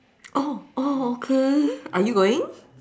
oh oh okay are you going